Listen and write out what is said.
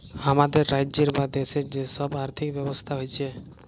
হামাদের রাজ্যের বা দ্যাশের যে সব আর্থিক ব্যবস্থা হচ্যে